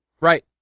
Right